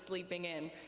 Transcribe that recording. sleeping in.